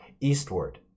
Eastward